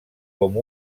com